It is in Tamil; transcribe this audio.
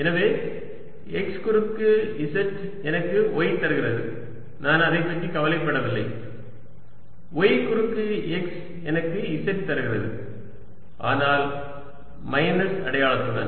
எனவே x குறுக்கு z எனக்கு y தருகிறது நான் அதைப் பற்றி கவலைப்படவில்லை y குறுக்கு x எனக்கு z தருகிறது ஆனால் மைனஸ் அடையாளத்துடன்